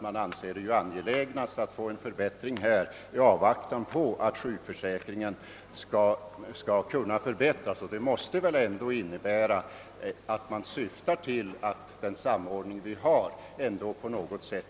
Man anser ju det angeläget att få till stånd en förbättring, och innan sjukförsäkringen har förbättrats måste det ju innebära att man syftar till att den samordning vi har bryts på något sätt.